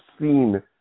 seen